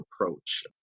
approach